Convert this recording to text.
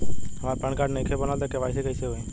हमार PAN card नईखे बनल त के.वाइ.सी कइसे होई?